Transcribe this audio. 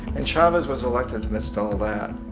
and chavez was elected amidst all that.